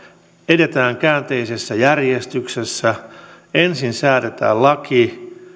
edetään käänteisessä järjestyksessä ensin säädetään laki